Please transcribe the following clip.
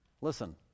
Listen